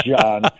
John